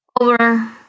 over